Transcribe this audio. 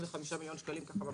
השקענו בזה 31 מיליון שקלים ממש